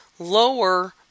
lower